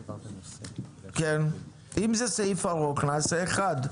אם זה סעיף ארוך נעשה אחד,